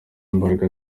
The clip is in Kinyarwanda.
imbaraga